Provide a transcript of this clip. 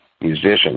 musician